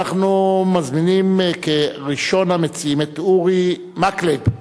אנחנו מזמינים, כראשון המציעים, את אורי מקלב,